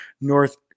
North